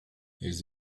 elles